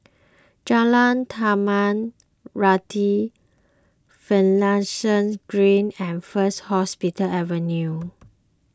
Jalan Tanah Rata Finlayson Green and First Hospital Avenue